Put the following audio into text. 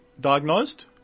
diagnosed